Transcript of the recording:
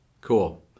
Cool